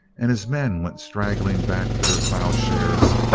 and his men went straggling back to their plowshares,